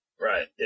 Right